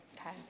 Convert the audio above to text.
Okay